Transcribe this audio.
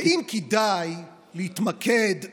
ואם כדאי להתמקד,